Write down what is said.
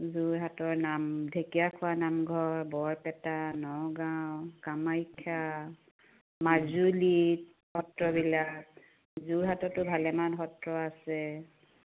যোৰহাটৰ নাম ঢেকিয়াখোৱা নামঘৰ বৰপেটা নগাঁও কামাখ্যা মাজুলীৰ সত্ৰবিলাক যোৰহাটতো ভালেমান সত্ৰ আছে